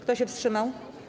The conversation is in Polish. Kto się wstrzymał?